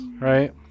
right